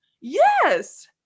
Yes